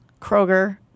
Kroger